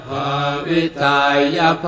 Pavitaya